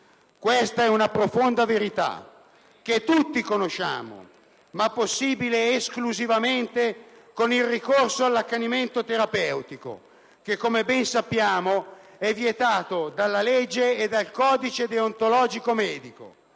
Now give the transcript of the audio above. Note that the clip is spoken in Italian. Questa è una profonda verità che tutti conosciamo, ma possibile esclusivamente con il ricorso all'accanimento terapeutico, che come ben sappiamo è vietato dalla legge e dal codice deontologico medico.